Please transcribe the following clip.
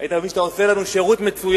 היית מבין שאתה עושה לנו שירות מצוין